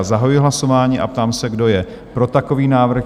Zahajuji hlasování a ptám se, kdo je pro takový návrh?